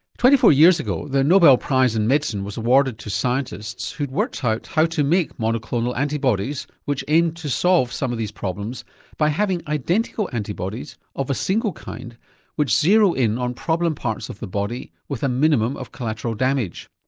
twenty four years ago the nobel prize in medicine was awarded to scientists who'd worked out how to make monoclonal antibodies which aimed to solve some of these problems by having identical antibodies of a single kind which zero in on problem parts of the body with a minimum of collateral damage.